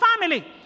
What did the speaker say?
family